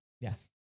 Yes